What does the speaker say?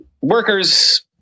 workers